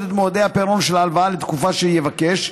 את מועדי הפירעון של ההלוואה לתקופה שיבקש,